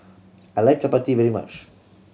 I like chappati very much